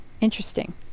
interesting